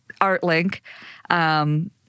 ArtLink